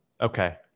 Okay